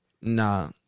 Nah